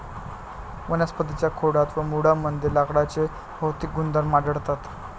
वनस्पतीं च्या खोडात व मुळांमध्ये लाकडाचे भौतिक गुणधर्म आढळतात